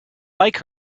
like